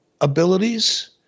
abilities